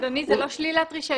אדוני, זאת לא שלילת רישיון.